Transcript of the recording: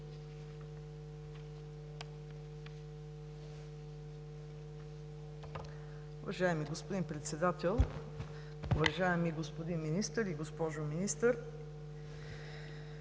Уважаеми господин Председател, уважаеми господин Министър и госпожо Министър!